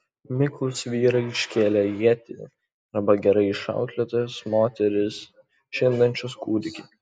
miklūs vyrai iškėlę ietį arba gerai išauklėtos moterys žindančios kūdikį